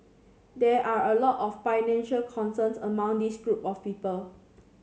there are a lot of financial concerns among this group of people